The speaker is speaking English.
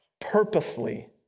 purposely